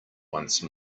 once